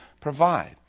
provide